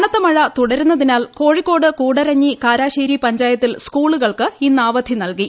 കനത്ത മഴ തുടരുന്നതിനാൽ കോഴിക്കോട്ട് ് കൂടരഞ്ഞി കാരശേരി പഞ്ചായത്തിൽ സ്കൂളുകൾക്ക് നൽകി